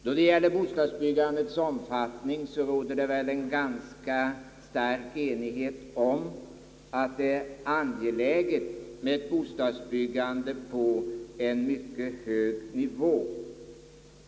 Då det gäller bostadsbyggandets omfattning råder det väl en ganska stark enighet om att det är angeläget med ett bostadsbyggande på mycket hög nivå.